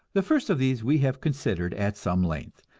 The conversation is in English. the first of these we have considered at some length.